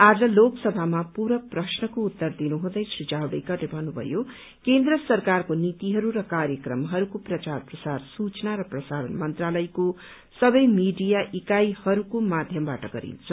आज लोकसभामा पूरक प्रश्नहरूको उत्तर दिनुहुँदै श्री जावड़ेकरले भन्नुभयो केन्द्र सरकारको नीतिहरू र कार्यक्रमहरूको प्रचार प्रसार सूचना र प्रसारण मन्त्रालयको सबै मीडिया इकाईहरूको माध्यमबाट गरिन्छ